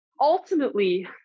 Ultimately